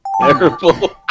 terrible